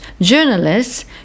journalists